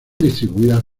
distribuidas